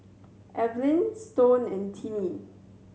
Evelyne Stone and Tiney